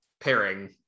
pairing